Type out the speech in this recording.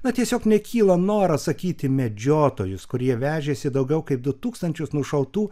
na tiesiog nekyla noras sakyti medžiotojus kurie vežėsi daugiau kaip du tūkstančius nušautų